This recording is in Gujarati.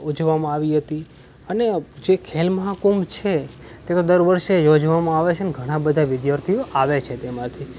ઉજવવામાં આવી હતી અને જે ખેલ મહાકુંભ છે તે તો દર વર્ષે યોજવામાં આવે છે ને ઘણા બધા વિદ્યાર્થીઓ આવે છે તેમાંથી